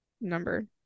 number